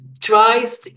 tries